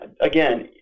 again